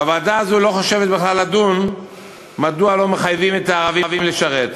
והוועדה הזאת לא חושבת בכלל לדון מדוע לא מחייבים את הערבים לשרת.